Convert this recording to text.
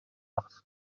loss